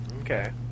Okay